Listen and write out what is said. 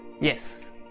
Yes